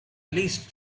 leased